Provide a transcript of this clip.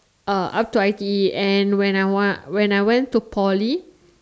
uh up to I_T_E and when I want when I went to Poly